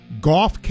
Golf